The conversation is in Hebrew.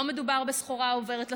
לא מדובר בסחורה עוברת לסוחר.